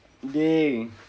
dey